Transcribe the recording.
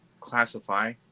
classify